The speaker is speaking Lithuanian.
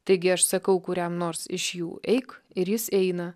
taigi aš sakau kuriam nors iš jų eik ir jis eina